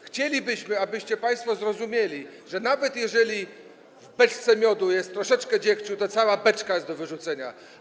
Chcielibyśmy, abyście państwo zrozumieli, że nawet jeżeli w beczce miodu jest troszeczkę dziegciu, to cała beczka jest do wyrzucenia.